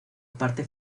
parte